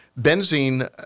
benzene